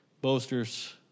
Boasters